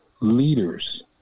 leaders